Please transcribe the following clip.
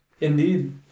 Indeed